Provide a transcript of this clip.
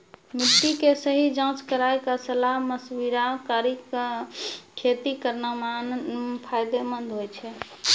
मिट्टी के सही जांच कराय क सलाह मशविरा कारी कॅ खेती करना फायदेमंद होय छै